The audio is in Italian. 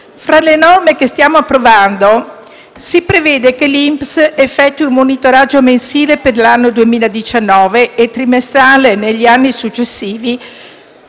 Fra le norme che stiamo approvando si prevede che l'INPS effettui un monitoraggio mensile per l'anno 2019 e trimestrale negli anni seguenti